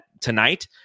tonight